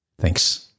Thanks